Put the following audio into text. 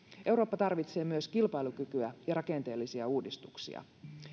eurooppa tarvitsee myös kilpailukykyä ja rakenteellisia uudistuksia